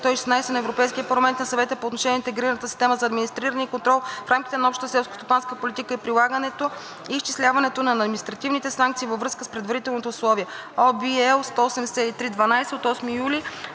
на Европейския парламент и на Съвета по отношение на интегрираната система за администриране и контрол в рамките на общата селскостопанска политика и прилагането и изчисляването на административните санкции във връзка с предварителните условия (OB, L 183/12 от 8 юли